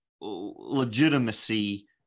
legitimacy